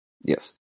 Yes